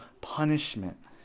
punishment